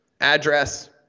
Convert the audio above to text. address